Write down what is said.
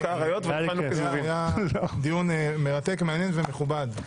זה היה דיון מרתק, מעניין ומכובד.